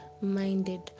minded